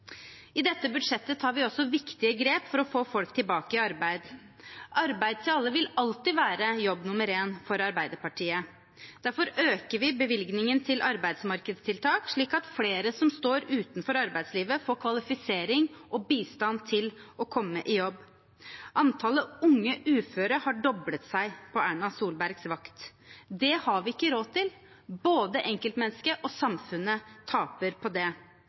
I dette budsjettet tar vi også viktige grep for å få folk tilbake i arbeid. Arbeid til alle vil alltid være jobb nummer én for Arbeiderpartiet. Derfor øker vi bevilgningen til arbeidsmarkedstiltak slik at flere som står utenfor arbeidslivet, får kvalifisering og bistand til å komme i jobb. Antallet unge uføre har doblet seg på Erna Solbergs vakt. Det har vi ikke råd til. Både enkeltmennesket og samfunnet taper på det.